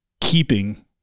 keeping